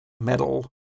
metal